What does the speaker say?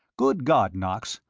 good god, knox,